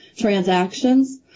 transactions